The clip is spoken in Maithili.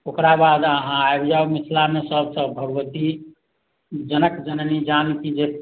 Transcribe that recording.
ओकरा बाद अहाँ आबि जाउ मिथिलामे सभ सभ भगवती जनक जननी जानकी जे